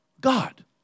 God